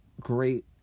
great